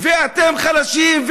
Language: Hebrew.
ואתם חלשים,